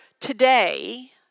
today